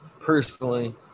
personally